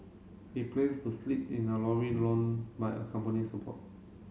he plans to sleep in a lorry loaned by a company supporter